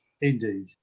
Indeed